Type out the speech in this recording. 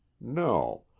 no